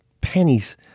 pennies